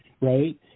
right